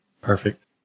Perfect